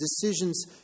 decisions